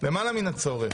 למעלה מן הצורך,